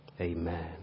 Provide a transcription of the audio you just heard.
amen